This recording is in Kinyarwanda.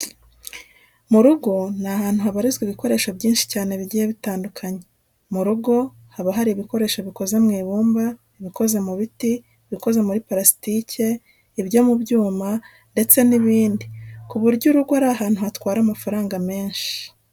Mu rugo ni ahantu haba habarizwa ibikoresho byinshi cyane bigiye bitandukanye. Mu rugo haba hari ibikoresho bikoze mu ibumba, ibikoze mu biti, ibikoze muri parasitike , ibyo mu byuma ndetse n'ibindi ku buryo urugo ari ahantu hatwara amafaranga menshi.